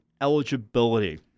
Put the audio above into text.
eligibility